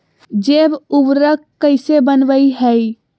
जैव उर्वरक कैसे वनवय हैय?